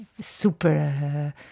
super